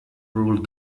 ruled